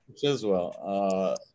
Chiswell